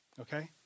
okay